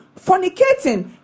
fornicating